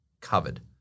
covered